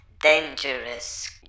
dangerous